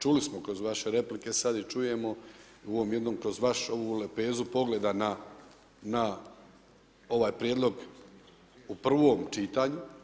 Čuli smo kroz vaše replike sad i čujemo u ovom jednom kroz vašu ovu lepezu pogleda na ovaj prijedlog u prvom čitanju.